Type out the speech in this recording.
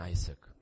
Isaac